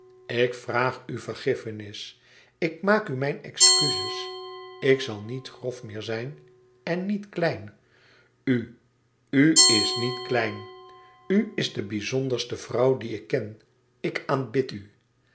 ik vraag u vergiffenis ik maak u mijn excuses ik zal niet grof meer zijn en niet klein u u is niet klein u is de bizonderste vrouw die ik ken ik aanbid u